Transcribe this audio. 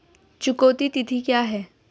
चुकौती तिथि क्या है?